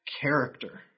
character